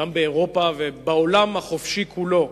וגם באירופה ובעולם החופשי כולו,